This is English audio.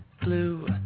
blue